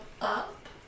up